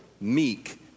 meek